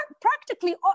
practically